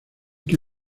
que